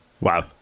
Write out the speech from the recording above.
Wow